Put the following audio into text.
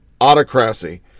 autocracy